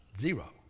Zero